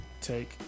take